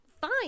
fine